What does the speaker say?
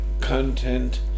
content